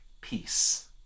peace